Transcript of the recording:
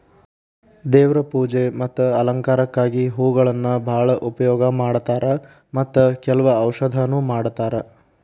ದೇವ್ರ ಪೂಜೆ ಮತ್ತ ಅಲಂಕಾರಕ್ಕಾಗಿ ಹೂಗಳನ್ನಾ ಬಾಳ ಉಪಯೋಗ ಮಾಡತಾರ ಮತ್ತ ಕೆಲ್ವ ಔಷಧನು ಮಾಡತಾರ